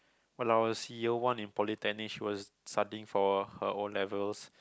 when I was year one in polytechnic she was studying for her O-levels